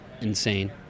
insane